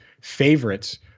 favorites